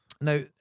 Now